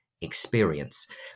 experience